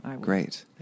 Great